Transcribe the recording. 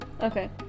Okay